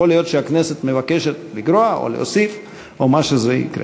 יכול להיות שהכנסת מבקשת לגרוע או להוסיף או מה שזה יהיה.